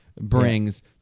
Brings